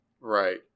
Right